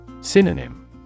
Synonym